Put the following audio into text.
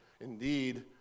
indeed